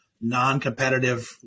non-competitive